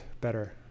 better